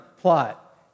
plot